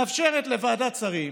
היא מאפשרת לוועדת שרים